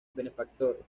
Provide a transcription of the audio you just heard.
benefactor